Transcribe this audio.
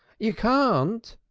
you can't,